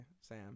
Sam